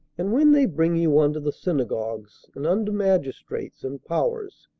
and when they bring you unto the synagogues, and unto magistrates, and powers,